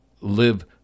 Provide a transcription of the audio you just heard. live